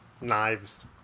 knives